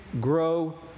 grow